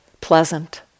pleasant